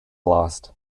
lost